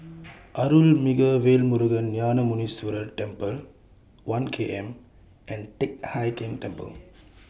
Arulmigu Velmurugan Gnanamuneeswarar Temple one K M and Teck Hai Keng Temple